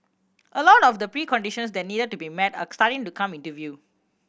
a lot of the preconditions that needed to be met are starting to come into view